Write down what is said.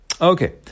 okay